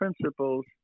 principles